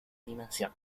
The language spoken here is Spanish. dimensión